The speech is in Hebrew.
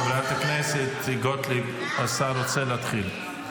חברת הכנסת גוטליב, השר רוצה להתחיל.